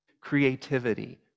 creativity